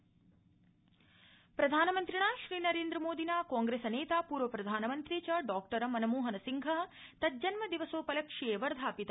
प्रधानमन्त्री मनमोहनसिंह प्रधानमन्त्रिणा श्रीनरेन्द्रमोदिना कांप्रेसनेता पूर्व प्रधानमन्त्री च डॉक्टर मनमोहनसिंह तज्जन्मदिवसोपलक्ष्ये वर्धापित